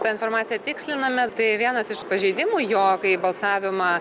tą informaciją tiksliname tai vienas iš pažeidimų jo kai balsavimą